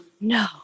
no